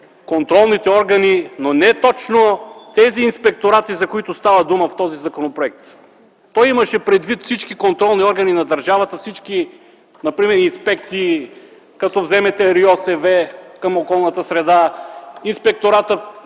контролните органи, но не точно тези инспекторати, за които става дума в този законопроект. Той имаше предвид всички контролни органи на държавата, например всички инспекции – като вземете РИОСВ към околната среда, Инспекторатът